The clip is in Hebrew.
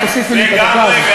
רק תוסיפי לי את הדקה הזאת, כן?